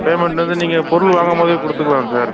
payment வந்து நீங்கள் பொருள் வாங்கும்போதே கொடுத்துக்குலாம் சார்